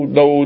no